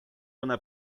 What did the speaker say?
una